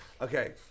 Okay